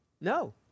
No